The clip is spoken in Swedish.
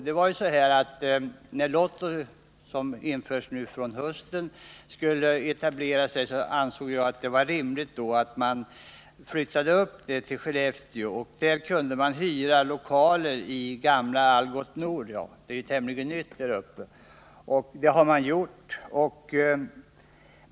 Det var fråga om en etablering av Lottoverksamheten, och jag ansåg att det var rimligt att man flyttade upp den till Skellefteå. Lotto hyrde därvid gamla Algot Nords lokaler — de är ju tämligen nya.